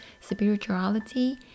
spirituality